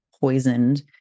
poisoned